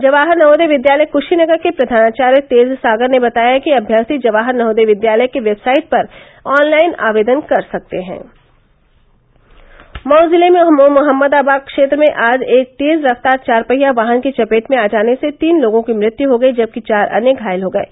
जवाहर नवोदय विद्यालय कृशीनगर के प्रधानाचार्य तेज सागर ने बताया कि अभ्यर्थी जवाहर नवोदय विद्यालय के वेबसाइट पर ऑनलाइन आवेदन कर सकते हैं मऊ जिले में मोहम्मदाबाद क्षेत्र में आज एक तेज रफ्तार चार पहिया वाहन की चपेट में आ जाने से तीन लोगों की मृत्यु हो गयी जबकि चार अन्य घायल हो गये